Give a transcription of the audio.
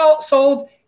sold